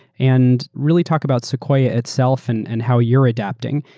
and really talk about sequoia itself and and how you're adapting.